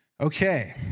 Okay